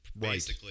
Right